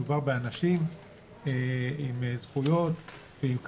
מדוברים באנשים עם זכויות ועם כבוד,